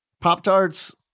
Pop-tarts